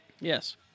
Yes